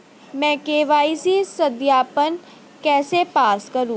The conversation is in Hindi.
मैं के.वाई.सी सत्यापन कैसे पास करूँ?